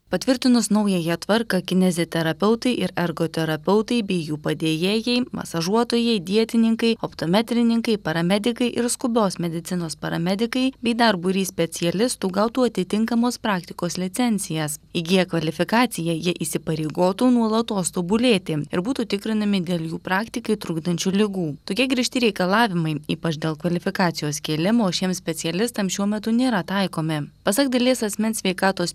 patvirtinus naująją tvarką kineziterapeutai ir ergoterapeutai bei jų padėjėjai masažuotojai dietininkai optametrininkai paramedikai ir skubios medicinos paramedikai bei dar būrys specialistų gautų atitinkamos praktikos licencijas įgiję kvalifikaciją jie įsipareigotų nuolatos tobulėti ir būtų tikrinami dėl jų praktikai trukdančių ligų tokie griežti reikalavimai ypač dėl kvalifikacijos kėlimo šiem specialistam šiuo metu nėra taikomi pasak dalies asmens sveikatos